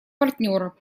партнера